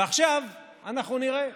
ועכשיו אנחנו נראה.